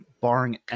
barring